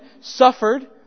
suffered